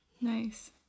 Nice